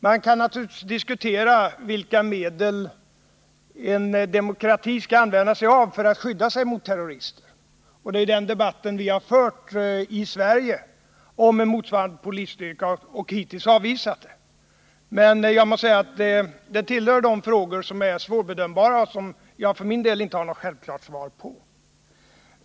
Man kan naturligtvis diskutera vilka medel en demokrati skall använda sig av för att skydda sig mot terrorister. Debatten om en motsvarande polisstyrka har förts i Sverige men hittills har förslaget avvisats. Detta tillhör emellertid de frågor som är svårbedömbara och som jag för min del inte har något självklart svar på.